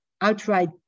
outright